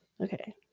Okay